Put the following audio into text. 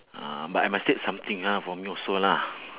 uh but I must take something lah for me also lah